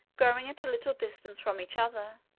growing at a little distance from each other,